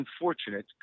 unfortunate